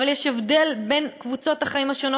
אבל יש הבדלים בין קבוצות החיים השונות.